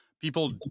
people